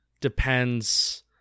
Depends